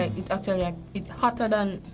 its hotter like its hotter than,